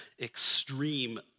extreme